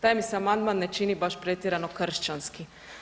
Taj mi se amandman ne čini baš pretjerano baš kršćanski.